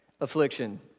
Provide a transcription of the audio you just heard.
affliction